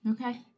Okay